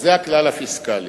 אז זה הכלל הפיסקלי.